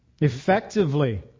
effectively